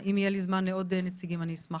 אם יהיה לי זמן לעוד נציגים, אני אשמח.